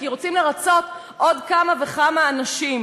כי רוצים לרצות עוד כמה וכמה אנשים.